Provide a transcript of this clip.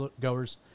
goers